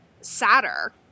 sadder